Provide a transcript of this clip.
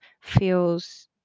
feels